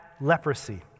leprosy